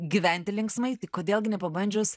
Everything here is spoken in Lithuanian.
gyventi linksmai tai kodėl gi nepabandžius